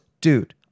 dude